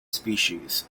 species